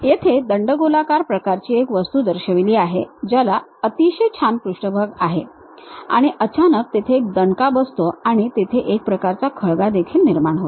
येथे दंडगोलाकार प्रकारची एक वस्तू दर्शविली आहे ज्याचा अतिशय छान पृष्ठभाग आहे आणि अचानक तेथे एक दणका बसतो आणि तेथे एक प्रकारचा खळगा देखील निर्माण होतो